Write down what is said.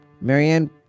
Marianne